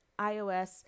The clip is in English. ios